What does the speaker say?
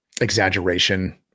exaggeration